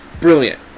Brilliant